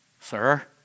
sir